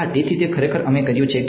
હા તેથી તે ખરેખર અમે કર્યું છે